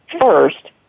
first